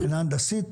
מבחינה הנדסית,